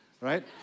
right